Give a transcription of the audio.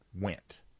went